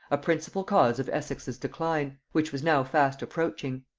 a principal cause of essex's decline, which was now fast approaching.